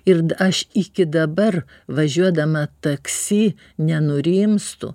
ir aš iki dabar važiuodama taksi nenurimstu